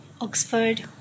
Oxford